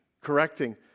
correcting